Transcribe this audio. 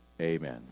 Amen